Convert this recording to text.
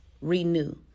renew